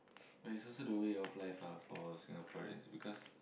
but it's also the way you're fly far for Singaporeans because